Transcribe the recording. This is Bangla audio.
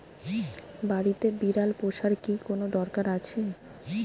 বাড়িতে বিড়াল পোষার কি কোন দরকার আছে?